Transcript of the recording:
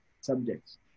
subjects